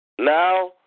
Now